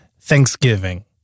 Thanksgiving